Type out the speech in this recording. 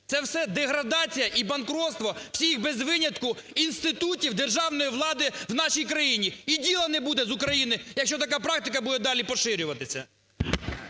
Це все – деградація і банкрутство всіх без винятку інститутів державної влади в нашій країні. І діла не буде з України, якщо така практика буде далі поширюватися.